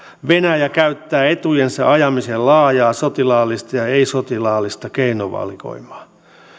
venäjä käyttää etujensa ajamiseen laajaa sotilaallista ja ei sotilaallista keinovalikoimaa